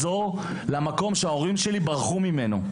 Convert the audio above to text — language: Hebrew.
למקום שההורים שלי ברחו ממנו,